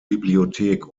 bibliothek